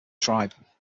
tribe